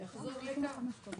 יחזור לכאן.